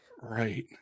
Right